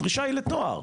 הדרישה היא לתואר.